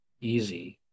easy